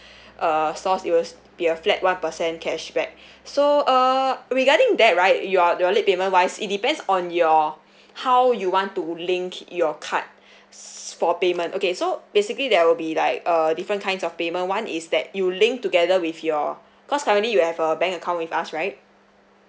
uh source it will be a flat one percent cashback so err regarding that right you are your late payment wise it depends on your how you want to link your card s~ for payment okay so basically there will be like uh different kinds of payment one is that you link together with your because currently you have a bank account with us right